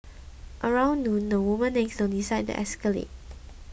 around noon the woman next door decides to escalate